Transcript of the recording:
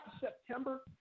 September